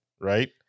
right